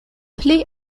plej